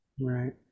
Right